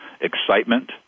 excitement